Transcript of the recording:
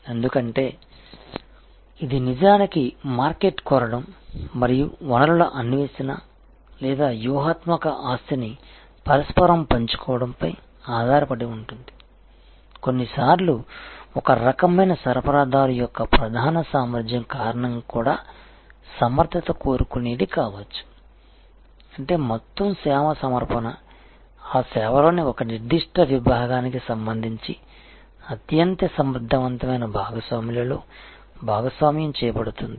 ఎందుకంటే ఇది నిజానికి మార్కెట్ కోరడం మరియు వనరుల అన్వేషణ లేదా వ్యూహాత్మక ఆస్తిని పరస్పరం పంచుకోవడంపై ఆధారపడి ఉంటుంది కొన్నిసార్లు ఒక రకమైన సరఫరాదారు యొక్క ప్రధాన సామర్థ్యం కారణంగా కూడా సమర్థత కోరుకునేది కావచ్చు అంటే మొత్తం సేవ సమర్పణ ఆ సేవలోని ఒక నిర్దిష్ట విభాగానికి సంబంధించి అత్యంత సమర్థవంతమైన భాగస్వాములలో భాగస్వామ్యం చేయబడుతుంది